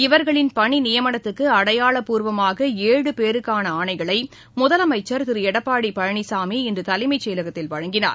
இவர்களின் பணி நியமனத்துக்கு அடையாளப்பூர்வமாக ஏழு பேருக்கான ஆணைகளை முதலமைச்சர் திரு எடப்பாடி பழனிசாமி இன்று தலைமைச்செயலகத்தில் வழங்கினார்